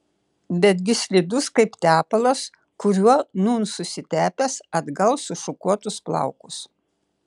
betgi slidus kaip tepalas kuriuo nūn susitepęs atgal sušukuotus plaukus